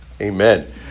Amen